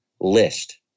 list